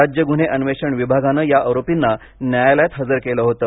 राज्य गुन्हे अन्वेषण विभागानं या आरोपींना न्यायालयात हजर केलं होतं